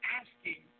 asking